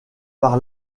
par